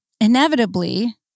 inevitably